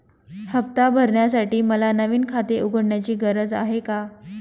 हफ्ता भरण्यासाठी मला नवीन खाते उघडण्याची गरज आहे का?